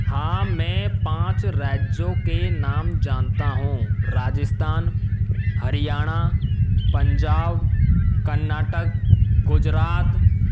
हां मैं पांच राज्यों के नाम जानता हूँ राजस्थान हरियाणा पंजाब कर्नाटक गुजरात